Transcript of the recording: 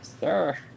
Sir